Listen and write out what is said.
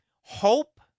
hope